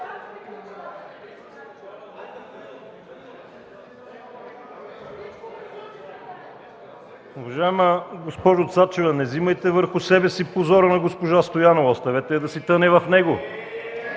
Уважаема госпожо Цачева, не вземайте върху себе си позора на госпожа Стоянова! Оставете я да си тъне в него!